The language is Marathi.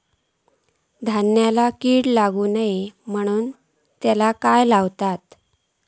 धान्यांका कीड लागू नये म्हणून त्याका काय लावतत?